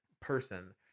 person